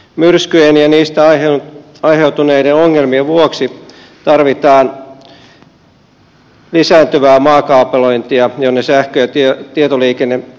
myrskyjen ja niistä aiheutuneiden ongelmien vuoksi tarvitaan lisääntyvää maakaapelointia jonne sähkö ja tietoliikennelinjat siirretään